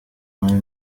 mani